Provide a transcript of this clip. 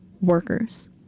Workers